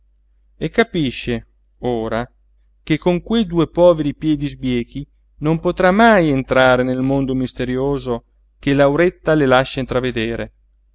cose e capisce ora che con que due poveri piedi sbiechi non potrà mai entrare nel mondo misterioso che lauretta le lascia intravedere